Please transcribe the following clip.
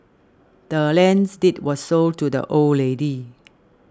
the land's deed was sold to the old lady